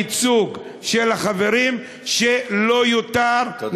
להגביל את הייצוג של החברים, שלא יותר, תודה.